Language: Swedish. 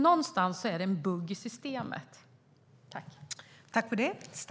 Någonstans är det en bugg i systemet.